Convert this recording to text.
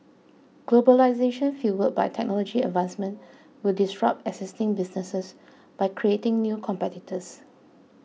globalisation fuelled by technology advancement will disrupt existing businesses by creating new competitors